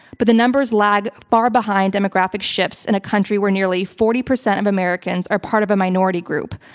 but the numbers lag far behind demographic shifts in a country where nearly forty percent of americans are part of a minority group.